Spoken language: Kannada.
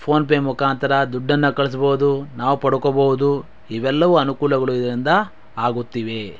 ಫೋನ್ ಪೇ ಮುಖಾಂತರ ದುಡ್ಡನ್ನು ಕಳಿಸ್ಬೋದು ನಾವು ಪಡ್ಕೊಬೋದು ಇವೆಲ್ಲವೂ ಅನುಕೂಲಗಳು ಇದರಿಂದ ಆಗುತ್ತಿವೆ